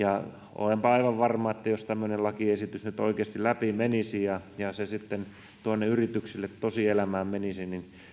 olenpa aivan varma että jos tämmöinen lakiesitys nyt oikeasti läpi menisi ja ja se tuonne yrityksille tosielämään menisi niin